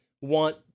want